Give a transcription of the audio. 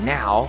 Now